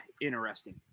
interesting